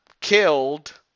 killed